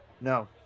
no